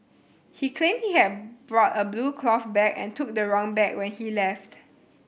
he claimed he had brought a blue cloth bag and took the wrong bag when he left